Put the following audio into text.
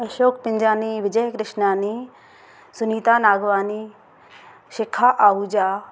Ashok Pinjani Vijay Krishnani Sunita Nagwani Shikha Ahuja